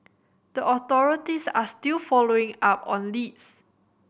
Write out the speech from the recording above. the authorities are still following up on leads